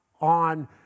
on